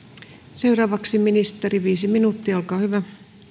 seuraavaksi ministeri viisi minuuttia olkaa hyvä